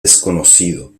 desconocido